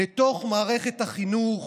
לתוך מערכת החינוך